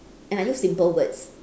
and I use simple words